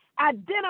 identify